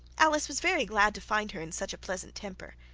alice was very glad to find her in such a pleasant temper,